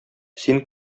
син